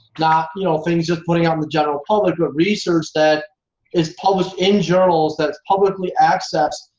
not you know things just putting out in the general public, but research that is published in journals that's publicly accessed,